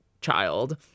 child